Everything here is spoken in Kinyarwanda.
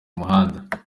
umuhanda